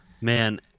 man